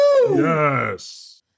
Yes